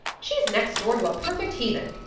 she's next door to a perfect heathen.